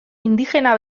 indigena